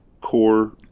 core